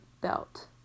belt